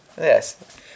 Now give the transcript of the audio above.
Yes